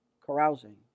carousing